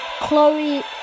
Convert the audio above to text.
Chloe